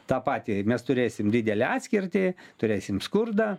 tą patį mes turėsim didelę atskirtį turėsim skurdą